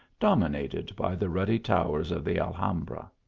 dominated by the ruddy towers of the alhambra,